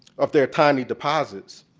of their tiny deposits